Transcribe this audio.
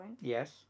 Yes